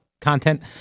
content